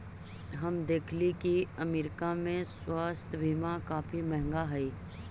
हम देखली की अमरीका में स्वास्थ्य बीमा काफी महंगा हई